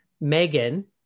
Megan